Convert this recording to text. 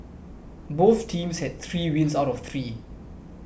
both teams have three wins out of three